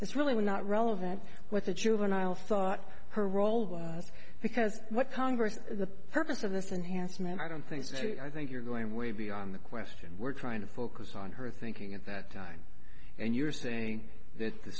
it's really not relevant what the juvenile thought her role was because what congress the purpose of this and handsome and i don't think it's true i think you're going way beyond the question we're trying to focus on her thinking at that time and you're saying that the